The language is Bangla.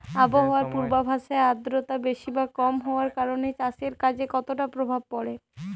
আবহাওয়ার পূর্বাভাসে আর্দ্রতা বেশি বা কম হওয়ার কারণে চাষের কাজে কতটা প্রভাব পড়ে?